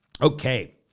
okay